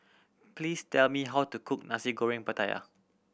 please tell me how to cook Nasi Goreng Pattaya